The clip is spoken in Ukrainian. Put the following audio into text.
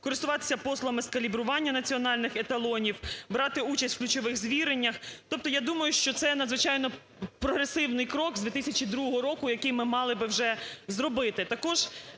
користуватися послугами з калібрування національних еталонів, брати участь в ключових звіреннях. Тобто, я думаю, що це надзвичайно прогресивний крок з 2002 року, який ми мали би вже зробити.